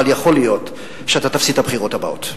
אבל יכול להיות שאתה תפסיד את הבחירות הבאות.